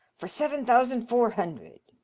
for seven thousand four hundred.